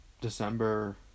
december